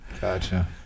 Gotcha